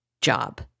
job